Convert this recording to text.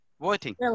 Voting